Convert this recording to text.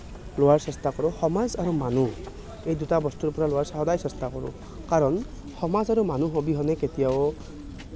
লোৱাৰ চেষ্টা কৰোঁ সমাজ আৰু মানুহ এই দুটা বস্তুৰ পৰা লোৱাৰ সদায় চেষ্টা কৰোঁ কাৰণ সমাজ আৰু মানুহ অবিহনে কেতিয়াও